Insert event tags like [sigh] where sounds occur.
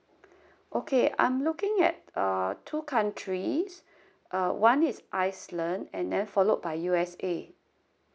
okay I'm looking at uh two countries [breath] uh one is iceland and then followed by U_S_A